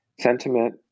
sentiment